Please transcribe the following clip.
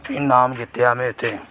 फ्ही इनाम जित्तेआ में उत्थै